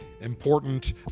important